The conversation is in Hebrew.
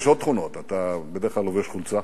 יש עוד תכונות: אתה בדרך כלל לובש חולצה.